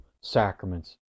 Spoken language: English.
sacraments